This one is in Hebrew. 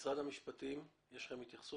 משרד המשפטים, יש לכם התייחסות?